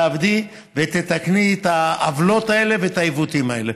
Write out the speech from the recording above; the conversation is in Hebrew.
תעבדי ותתקני את העוולות האלה ואת העיוותים האלה.